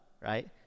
right